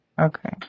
Okay